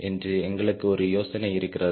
என்று எங்களுக்கு ஒரு யோசனை இருக்கிறது